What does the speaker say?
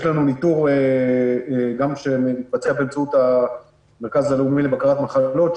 יש לנו ניטור שמתבצע באמצעות המרכז הלאומי לבקרת מחלות,